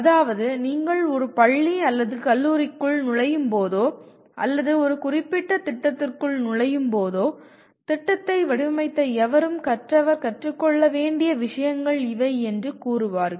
அதாவது நீங்கள் ஒரு பள்ளி அல்லது கல்லூரிக்குள் நுழையும்போதோ அல்லது ஒரு குறிப்பிட்ட திட்டத்திற்குள் நுழையும்போதோ திட்டத்தை வடிவமைத்த எவரும் கற்றவர் கற்றுக்கொள்ள வேண்டிய விஷயங்கள் இவை என்று கூறுவார்கள்